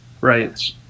Right